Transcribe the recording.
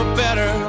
better